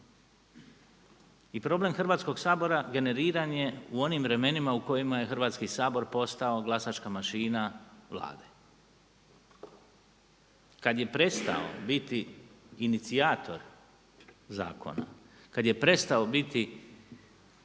I problem Hrvatskog sabora generiran je u onim vremenima u kojima je Hrvatski sabor postao glasačka mašina Vlade. Kad je prestao biti inicijator zakona, kad je prestao biti